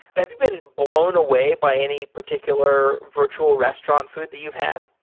have you been blown away by any particular virtual restaurant food the you've had?